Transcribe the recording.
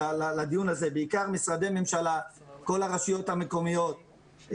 כל הרשויות המקומיות,